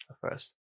first